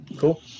Cool